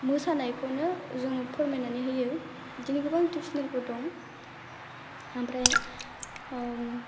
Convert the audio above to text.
मोसानायखौनो जोंनो फोरमायनानै होयो बिदिनो गोबां इउथुब सेनेलफोर दं ओमफ्राय